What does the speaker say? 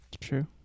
True